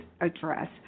address